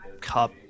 cup